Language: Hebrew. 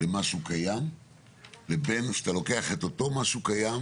למשהו קיים לבין כשאתה לוקח את אותו משהו קיים